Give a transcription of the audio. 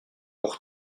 pour